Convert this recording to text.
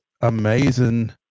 amazing